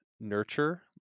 nurture